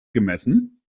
gemessen